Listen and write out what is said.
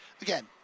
again